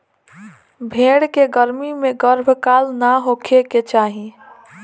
भेड़ के गर्मी में गर्भकाल ना होखे के चाही